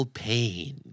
pain